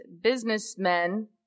businessmen